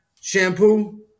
shampoo